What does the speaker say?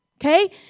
okay